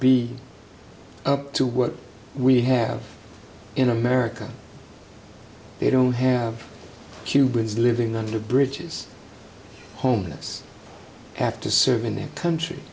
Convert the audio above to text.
be to what we have in america they don't have cubans living under bridges homeless have to serve in the country